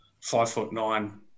five-foot-nine